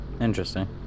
interesting